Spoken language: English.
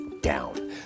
down